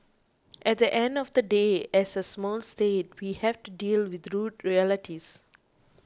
at the end of the day as a small state we have to deal with rude realities